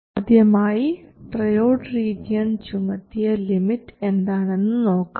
ആദ്യമായി triode region ചുമത്തിയ limit എന്താണെന്ന് നോക്കാം